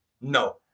No